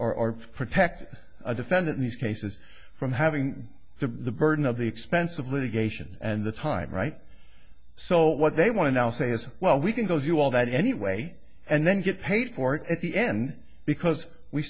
or protect a defendant in these cases from having the burden of the expense of litigation and the time right so what they want to now say is well we can go you all that anyway and then get paid for it at the end because we